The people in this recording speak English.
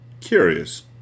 Curious